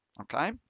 okay